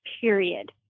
period